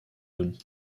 doen